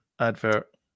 advert